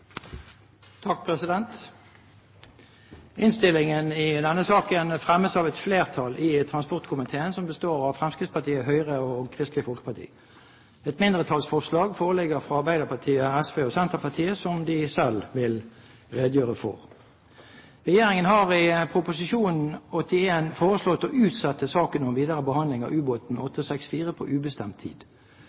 består av Fremskrittspartiet, Høyre og Kristelig Folkeparti. Et mindretallsforslag foreligger fra Arbeiderpartiet, SV og Senterpartiet, som de selv vil redegjøre for. Regjeringen har i Prop. 81 S foreslått å utsette saken om videre behandling av ubåten U-864 på ubestemt tid.